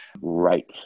Right